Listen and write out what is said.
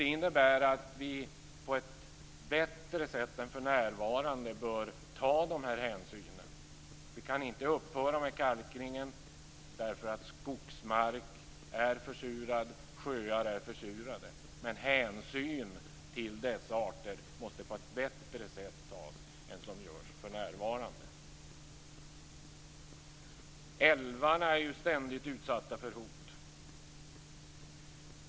Det innebär att vi på ett bättre sätt än för närvarande bör ta de här hänsynen. Vi kan inte upphöra med kalkningen eftersom skogsmark är försurad och sjöar är försurade. Men hänsyn till dessa arter måste tas på ett bättre sätt än för närvarande. Älvarna är ständigt utsatta för hot.